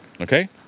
okay